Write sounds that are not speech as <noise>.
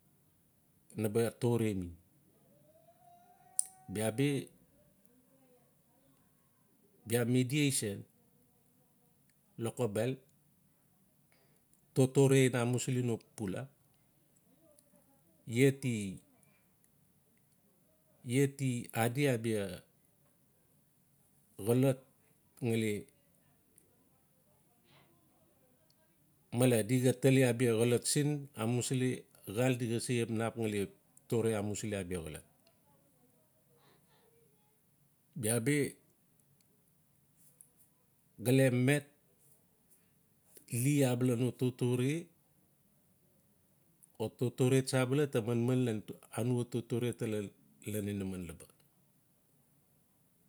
Naba torem <noise> bia bi bia mediation lokobel. totore ina amusili no pula ia ti-ia ti adi abia xolot ngali male di ga tali abia xolot siin amusili xaal di se xap nap ngali tore amusili abia xolot. Bia bi gale met li abala no totore o totore tsa abala ta manman ian anua totore. tala ian inaman laba.